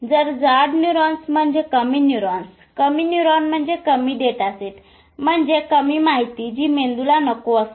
तर जाड न्यूरॉन्स म्हणजे कमी न्यूरॉन्स कमी न्यूरॉन म्हणजे कमी डेटा सेट म्हणजे कमी माहिती जी मेंदूला नको असते